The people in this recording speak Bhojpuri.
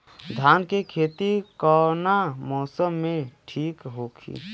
धान के खेती कौना मौसम में ठीक होकी?